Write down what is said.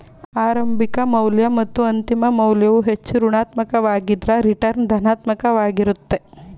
ಆರಂಭಿಕ ಮೌಲ್ಯ ಮತ್ತು ಅಂತಿಮ ಮೌಲ್ಯವು ಹೆಚ್ಚು ಋಣಾತ್ಮಕ ವಾಗಿದ್ದ್ರ ರಿಟರ್ನ್ ಧನಾತ್ಮಕ ವಾಗಿರುತ್ತೆ